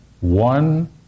One